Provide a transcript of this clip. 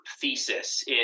thesis